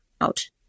out